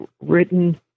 written